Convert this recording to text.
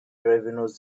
revenues